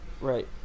Right